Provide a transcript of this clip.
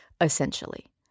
essentially